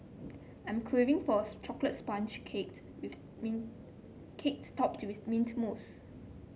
I am craving for a chocolate sponge with mean cake topped with mint mousse